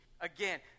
again